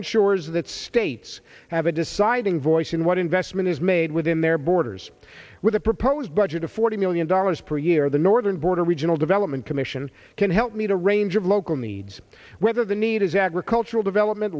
ensures that states have a deciding voice in what investment is made within their borders with a proposed budget of forty million dollars per year the northern border regional development commission can help meet a range of local needs whether the need is agricultural development